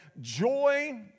joy